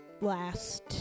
last